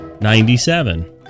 Ninety-seven